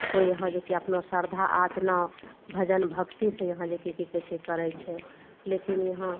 तऽ कोइ यहाँ जे कि अपन श्रद्धा आचना भजन भक्तिसँ यहाँ जे कि कि कहय छै करय छै लेकिन ईहाँ